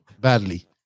badly